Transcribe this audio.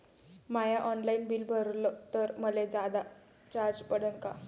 म्या online bill भरलं तर मले जादा चार्ज पडन का?